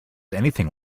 anything